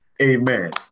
Amen